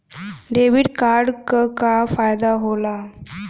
Debit card क का फायदा हो ला?